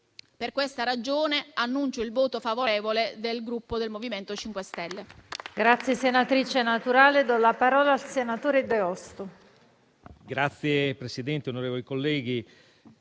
Per questa ragione annuncio il voto favorevole del Gruppo MoVimento 5 Stelle.